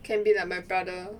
can be like my brother